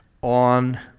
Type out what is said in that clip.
on